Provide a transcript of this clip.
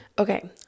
Okay